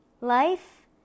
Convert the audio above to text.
Life